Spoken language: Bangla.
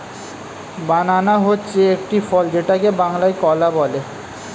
বানানা হচ্ছে একটি ফল যেটাকে বাংলায় কলা বলে